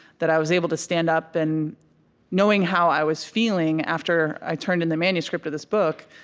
that i was able to stand up and knowing how i was feeling after i turned in the manuscript of this book,